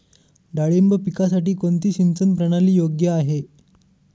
डाळिंब पिकासाठी कोणती सिंचन प्रणाली योग्य आहे?